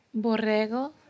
Borrego